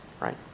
right